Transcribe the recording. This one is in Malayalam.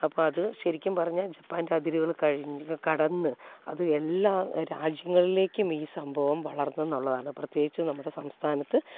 അപ്പോൾ അത് ശരിക്കും പറഞ്ഞാൽ ജപ്പാൻ്റെ അതിരുകൾ കഴിഞ്ഞ് കടന്ന് അത് എല്ലാ രാജ്യങ്ങളിലേക്കും ഈ സംഭവം വളർന്നു എന്നുള്ളതാണ് പ്രത്യേകിച്ചും നമ്മുടെ സംസ്ഥാനത്ത്